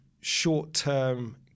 short-term